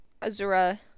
Azura